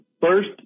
first